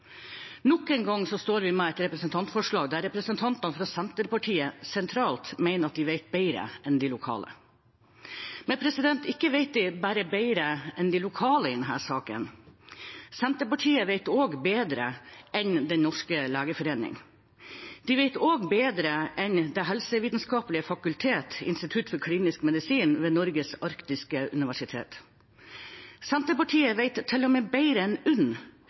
Nok en gang står vi med et representantforslag der representantene fra Senterpartiet sentralt mener at de vet bedre enn de lokale. Men ikke vet de bare bedre enn de lokale i denne saken, Senterpartiet vet også bedre enn Den norske legeforening. De vet også bedre enn Det helsevitenskapelige fakultet, Institutt for klinisk medisin ved Norges arktiske universitet. Senterpartiet vet til og med bedre enn UNN,